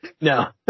No